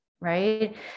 right